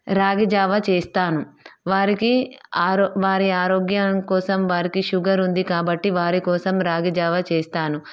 రాగి జావా చేస్తాను వారికి ఆరో వారి ఆరోగ్యానికి కోసం వారికి షుగర్ ఉంది కాబట్టి వారి కోసం రాగి జావా చేస్తాను